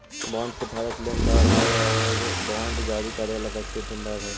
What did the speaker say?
bond के धारक लेनदार हइ आउ बांड जारी करे वाला व्यक्ति देनदार हइ